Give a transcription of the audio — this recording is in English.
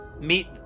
meet